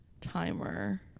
timer